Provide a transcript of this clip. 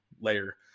layer